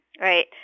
right